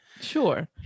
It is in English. Sure